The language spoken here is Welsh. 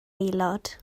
aelod